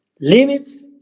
Limits